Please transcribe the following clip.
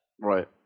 Right